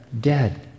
dead